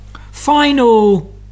Final